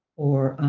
or